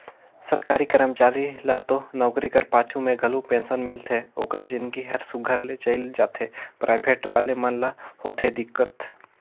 सरकारी करमचारी ल तो नउकरी कर पाछू में घलो पेंसन मिलथे ओकर जिनगी हर सुग्घर ले चइल जाथे पराइबेट वाले मन ल होथे दिक्कत